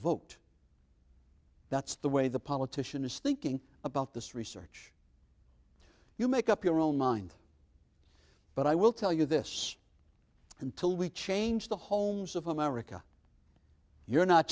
vote that's the way the politician is thinking about this research you make up your own mind but i will tell you this until we change the homes of america you're not